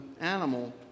animal